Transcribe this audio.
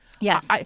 Yes